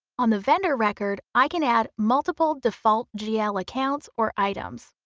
on the vendor record i can add multiple default gl accounts or items.